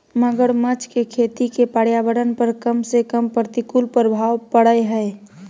मगरमच्छ के खेती के पर्यावरण पर कम से कम प्रतिकूल प्रभाव पड़य हइ